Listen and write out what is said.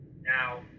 Now